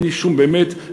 באמת,